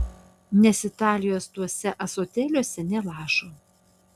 nes italijos tuose ąsotėliuose nė lašo